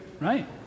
right